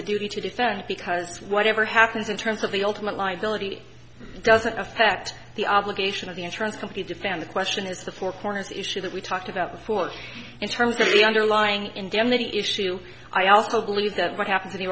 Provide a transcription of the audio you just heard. the duty to defend because whatever happens in terms of the ultimate liability doesn't affect the obligation of the insurance company to fan the question is the four corners issue that we talked about before in terms of the underlying indemnity issue i also believe that what happen